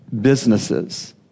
businesses